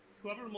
Whoever